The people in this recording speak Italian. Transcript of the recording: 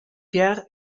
pierre